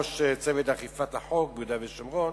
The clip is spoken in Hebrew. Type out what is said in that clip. ראש צוות אכיפת החוק ביהודה ושומרון,